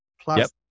plus